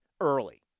early